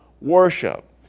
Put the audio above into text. worship